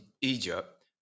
Egypt